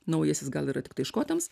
naujasis gal yra tiktai škotams